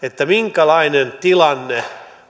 minkälainen tilanne